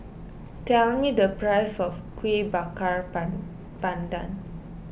tell me the price of Kueh Bakar Pandan